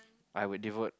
I would devote